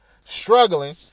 struggling